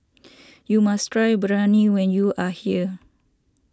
you must try Biryani when you are here